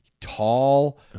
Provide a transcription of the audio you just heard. tall